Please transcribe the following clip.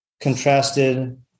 contrasted